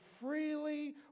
freely